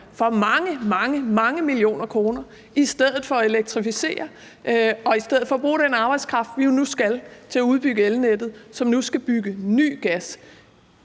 for mange, mange millioner kroner i stedet for at elektrificere og i stedet for bruge den arbejdskraft, vi nu skal bruge til at udbygge elnettet, til at bygge den